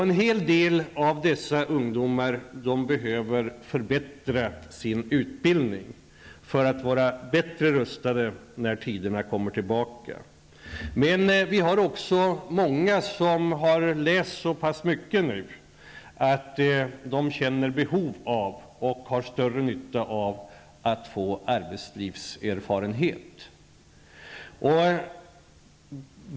En hel del ungdomar behöver förbättra sin utbildning för att vara bättre rustade när de goda tiderna kommer tillbaka. Det finns också många som har studerat så pass mycket att de känner behov av och har större nytta av att få arbetslivserfarenhet.